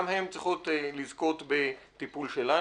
גם הן צריכות לזכות בטיפול שלנו.